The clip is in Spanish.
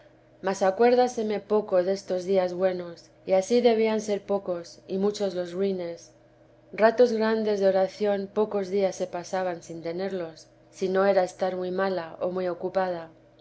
mas acuérdaseme poco destos días buenos y ansí debían ser pocos y muchos los ruines ratos grandes de oración pocos días se pasaban sin tenerlos si no era estar muy mala o muy ocupada